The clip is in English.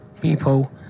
people